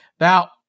Now